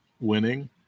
winning